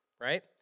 right